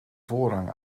voorrang